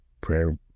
Prayer